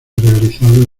realizado